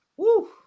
Woo